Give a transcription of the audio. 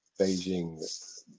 Beijing